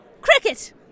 Cricket